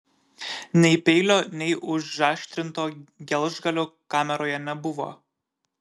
nei peilio nei užaštrinto gelžgalio kameroje nebuvo